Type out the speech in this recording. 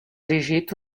erigit